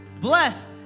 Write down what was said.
Blessed